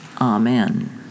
Amen